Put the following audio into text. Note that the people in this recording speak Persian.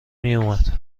میومد